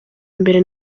mbere